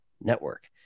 network